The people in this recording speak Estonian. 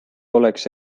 oleks